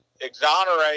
exonerate